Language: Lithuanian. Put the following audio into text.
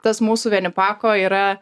tas mūsų venipako yra